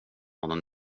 någon